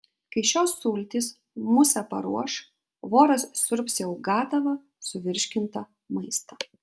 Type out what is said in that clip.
kai šios sultys musę paruoš voras siurbs jau gatavą suvirškintą maistą